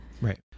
Right